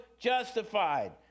justified